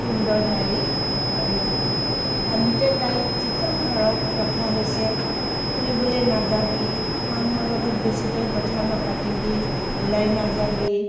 সুন্দৰ নাৰী আৰু আনহাতে তাইক যিখন ঘৰত ৰখা হৈছে ফুৰিবলৈ নাযাবি মানুহৰ লগত বেছিকৈ কথা নাপাতিবি ওলাই নাযাবি